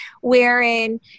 wherein